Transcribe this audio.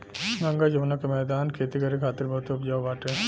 गंगा जमुना के मौदान खेती करे खातिर बहुते उपजाऊ बाटे